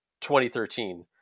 2013